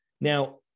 Now